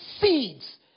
seeds